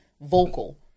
vocal